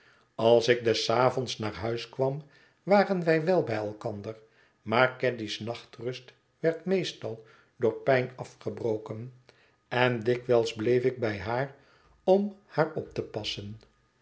als ik des avonds naar huis kwam waren wij wel bij elkander maar caddy's nachtrust werd meestal door pijn afgebroken en dikwijls bleef ik bij haar om haar op te passen